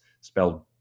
spelled